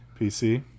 pc